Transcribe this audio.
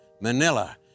Manila